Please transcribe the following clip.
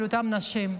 על אותן נשים.